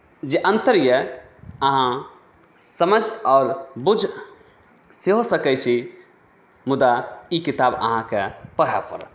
जे अन्तर यए अहाँ समझि आओर बूझि सेहो सकैत छी मुदा ई किताब अहाँकेँ पढ़य पड़त